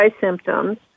symptoms